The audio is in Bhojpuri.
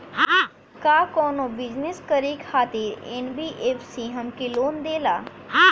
का कौनो बिजनस करे खातिर एन.बी.एफ.सी हमके लोन देला?